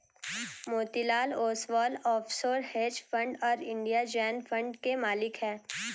Motilal Oswal offshore hedge fund और India Gen fund के मालिक हैं